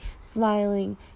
smiling